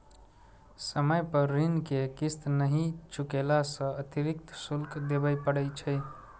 समय पर ऋण के किस्त नहि चुकेला सं अतिरिक्त शुल्क देबय पड़ै छै